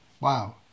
Wow